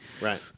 Right